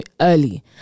early